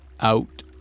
out